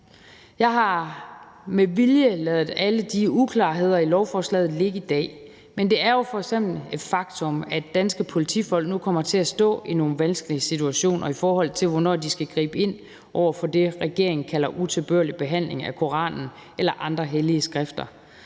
Jeg har med vilje ladet alle de uklarheder, der er i forslaget, ligge i dag, men det er jo f.eks. et faktum, at danske politifolk nu kommer til at stå i nogle vanskelige situationer, i forhold til hvornår de skal gribe ind over for det, som regeringen kalder utilbørlig behandling af Koranen eller andre hellige skrifter.